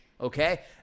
okay